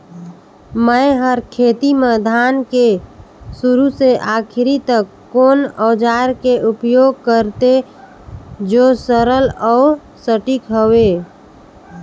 मै हर खेती म धान के शुरू से आखिरी तक कोन औजार के उपयोग करते जो सरल अउ सटीक हवे?